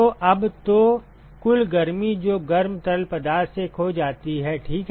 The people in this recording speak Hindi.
तो अब तो कुल गर्मी जो गर्म तरल पदार्थ से खो जाती है ठीक है